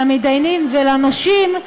למתדיינים ולנושים,